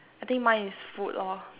I think mine is food lor